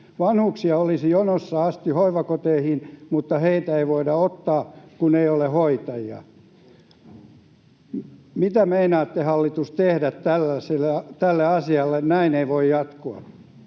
Vanhuksia olisi hoivakoteihin jonoksi asti, mutta heitä ei voida ottaa, kun ei ole hoitajia. Mitä meinaatte, hallitus, tehdä tälle asialle? Näin ei voi jatkua.